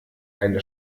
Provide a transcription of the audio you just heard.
eine